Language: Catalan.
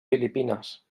filipines